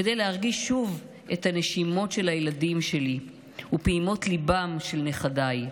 כדי להרגיש שוב את הנשימות של הילדים שלי ופעימות ליבם של נכדיי.